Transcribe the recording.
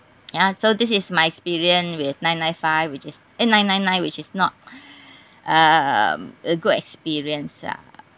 ya so this is my experience with nine nine five which is eh nine nine nine which is not uh a good experience ah